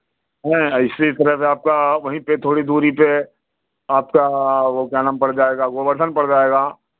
हें इसी तरह से आपका वहीं पे थोड़ी दूरी पे है आपका वो क्या नाम पड़ जाएगा गोवर्धन पड़ जाएगा